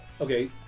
okay